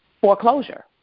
foreclosure